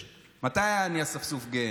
מתי היה "אני אספסוף גאה"?